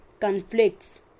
conflicts